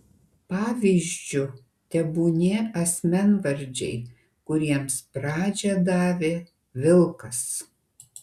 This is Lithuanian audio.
pavyzdžiu tebūnie asmenvardžiai kuriems pradžią davė vilkas